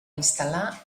instal·lar